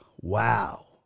Wow